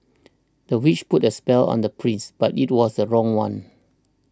the witch put a spell on the prince but it was the wrong one